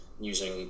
using